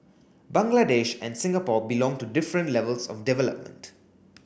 Bangladesh and Singapore belong to different levels of development